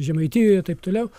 žemaitijoje taip toliau